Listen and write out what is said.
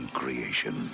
creation